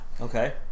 Okay